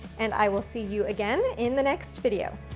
and i will see you again in the next video.